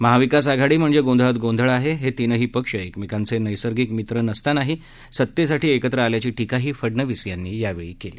महाविकास आघाडी म्हणजे गोंधळात गोंधळ आहे हे तीनही पक्ष एकमेकांचे नर्सर्गिक मित्र नसूनही सत्तेसाठी एकत्र आल्याची टीकाही फडनवीस यांनी केली